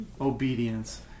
obedience